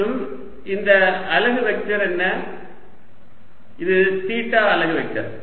மற்றும் இந்த அலகு வெக்டர் என்ன இது தீட்டா அலகு வெக்டர்